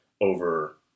over